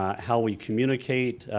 how we communicate,